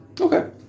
Okay